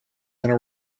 gonna